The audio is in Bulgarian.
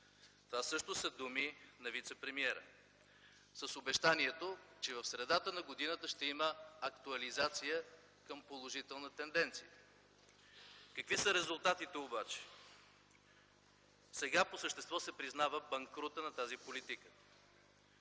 Това също са думи на вицепремиера с обещанието, че в средата на годината ще има актуализация към положителна тенденция. Какви са резултатите обаче? Сега по същество се признава банкрутът на тази политика: